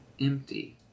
empty